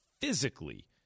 physically